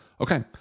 Okay